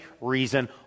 reason